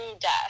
death